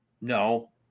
No